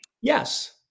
Yes